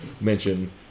mention